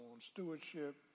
stewardship